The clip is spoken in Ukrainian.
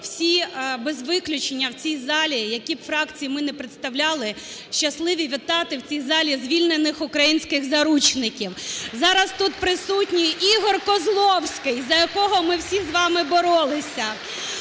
всі без виключення в цій залі, які б фракції ми не представляли, щасливі вітати в цій залі звільнених українських заручників! (Оплески) Зараз тут присутній Ігор Козловський, за якого ми всі з вами боролися,